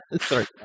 Sorry